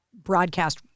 broadcast